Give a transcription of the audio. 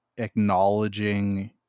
acknowledging